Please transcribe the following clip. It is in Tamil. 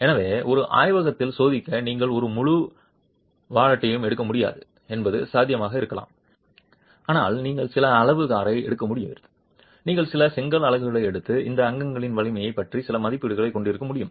எனவே ஒரு ஆய்வகத்தில் சோதிக்க நீங்கள் ஒரு முழு வாலட்டையும் எடுக்க முடியாது என்பது சாத்தியமாக இருக்கலாம் ஆனால் நீங்கள் சில அளவு காரை எடுக்க முடிகிறது நீங்கள் சில செங்கல் அலகுகளை எடுத்து இந்த அங்கங்களின் வலிமையைப் பற்றி சில மதிப்பீட்டைக் கொண்டிருக்க முடியும்